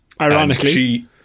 ironically